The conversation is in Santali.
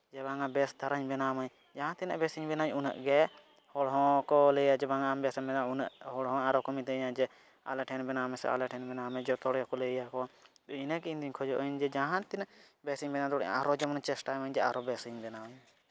ᱡᱮ ᱵᱟᱝᱼᱟ ᱵᱮᱥ ᱫᱷᱟᱨᱟᱧ ᱵᱮᱱᱟᱣ ᱢᱟᱹᱧ ᱡᱟᱦᱟᱸ ᱛᱤᱱᱟᱹᱜ ᱵᱮᱥ ᱵᱮᱱᱟᱣᱟᱹᱧ ᱩᱱᱟᱹᱜ ᱜᱮ ᱦᱚᱲ ᱦᱚᱸᱠᱚ ᱞᱟᱹᱭᱟ ᱡᱮ ᱵᱟᱝᱼᱟ ᱟᱢ ᱵᱮᱥᱮᱢ ᱵᱮᱱᱟᱣᱟ ᱩᱱᱟᱹᱜ ᱦᱚᱲ ᱦᱚᱸ ᱟᱨᱚ ᱠᱚ ᱢᱤᱛᱟᱹᱧᱟ ᱡᱮ ᱟᱞᱮ ᱴᱷᱮᱱ ᱵᱮᱱᱟᱣ ᱢᱮᱥᱮ ᱟᱞᱮ ᱴᱷᱮᱱ ᱵᱮᱱᱟᱣ ᱢᱮ ᱡᱚᱛᱚ ᱦᱚᱲᱜᱮ ᱞᱟᱹᱭᱟᱠᱚ ᱤᱧ ᱤᱱᱟᱹᱜᱤᱧ ᱠᱷᱚᱡᱚᱜᱼᱟ ᱡᱮ ᱡᱟᱦᱟᱸ ᱛᱤᱱᱟᱹᱜ ᱵᱮᱥᱤᱧ ᱵᱮᱱᱟᱣ ᱫᱟᱲᱮᱭᱟᱜᱼᱟ ᱟᱨᱦᱚᱸ ᱡᱮᱢᱚᱱ ᱪᱮᱥᱴᱟᱭᱟᱹᱧ ᱟᱨᱦᱚᱸ ᱵᱮᱥᱤᱧ ᱵᱮᱱᱟᱣᱟᱧ